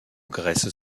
graisses